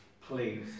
please